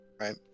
right